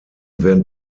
werden